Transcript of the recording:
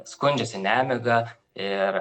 skundžiasi nemiga ir